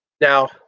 Now